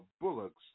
bullocks